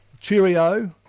cheerio